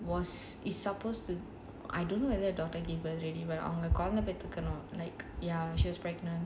was is supposed to I don't know whether daughter give birth already went அவங்க கொழந்த பெத்துக்கணும்:avanga kolantha pethukanum ya she was pregnant